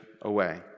away